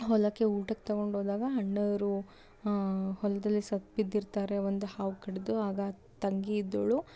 ಹೊಲಕ್ಕೆ ಊಟಕ್ಕೆ ತೊಗೊಂಡು ಹೋದಾಗ ಅಣ್ಣಾವ್ರು ಹೊಲದಲ್ಲಿ ಸತ್ತು ಬಿದ್ದಿರ್ತಾರೆ ಒಂದು ಹಾವು ಕಡಿದು ಆಗ ತಂಗಿ ಇದ್ದೋಳು